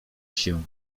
się